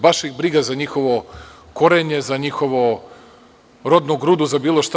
Baš ih briga za njihovo korenje, za njihovu rodnu grudu, za bilo šta.